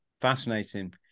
Fascinating